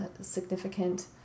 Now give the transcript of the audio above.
significant